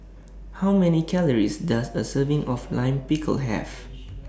How Many Calories Does A Serving of Lime Pickle Have